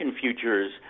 futures